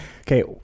okay